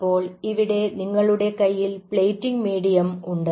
അപ്പോൾ ഇവിടെ നിങ്ങളുടെ കയ്യിൽ പ്ലേറ്റിംഗ് മീഡിയം ഉണ്ട്